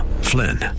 Flynn